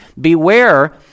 Beware